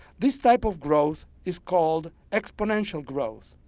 this type of growth is called exponential growth,